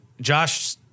Josh